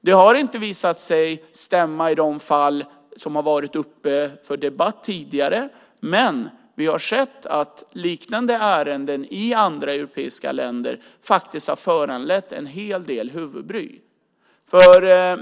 Det har inte visat sig stämma i de fall som har varit uppe till debatt tidigare, men vi har sett att liknande ärenden i andra europeiska länder har föranlett en hel del huvudbry.